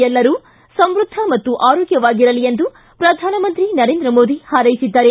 ಎಲ್ಲರೂ ಸಮೃದ್ಧ ಮತ್ತು ಆರೋಗ್ಯವಾಗಿರಲಿ ಎಂದು ಪ್ರಧಾನಮಂತ್ರಿ ನರೇಂದ್ರ ಮೋದಿ ಹಾರೈಸಿದ್ದಾರೆ